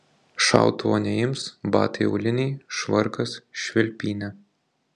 šautuvo neims batai auliniai švarkas švilpynė